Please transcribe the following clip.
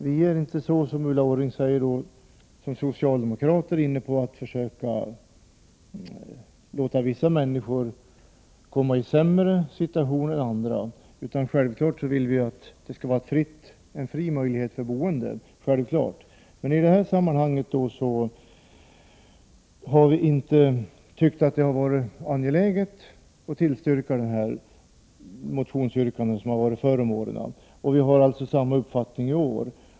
Vi socialdemokrater är inte, som Ulla Orring sade, inne på tanken att låta vissa människor komma i en sämre situation än andra, utan vi vill självfallet att människor skall ha frihet att välja boende. I detta sammanhang har vi tidigare inte tyckt att det har varit angeläget att tillstyrka detta motionsyrkande, och vi har samma uppfattning i år.